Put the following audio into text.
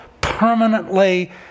permanently